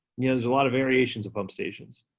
you know, there's a lot of variations of pump stations.